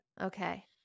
Okay